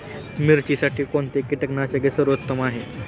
मिरचीसाठी कोणते कीटकनाशके सर्वोत्तम आहे?